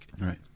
right